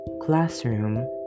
Classroom